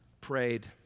prayed